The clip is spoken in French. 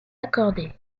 accordée